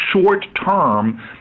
short-term